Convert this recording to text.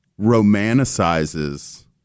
romanticizes